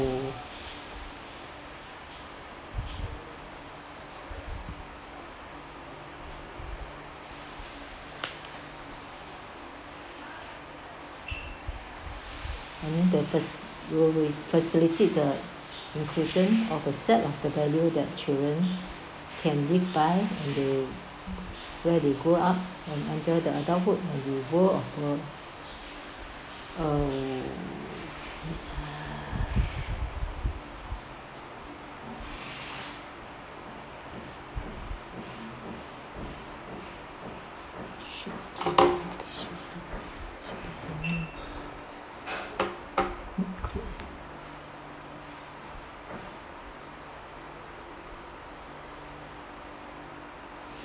and then the pers~ will will facilitate the inclusion of a set of the value that children can live by when they when they grow up enter the adulthood when they go oo uh